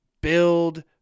build